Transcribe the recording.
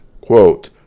quote